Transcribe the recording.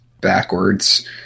backwards